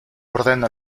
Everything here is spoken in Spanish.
ordena